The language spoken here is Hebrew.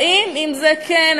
באים עם זה: כן,